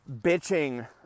bitching